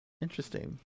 Interesting